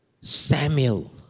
Samuel